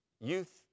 youth